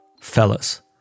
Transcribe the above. fellas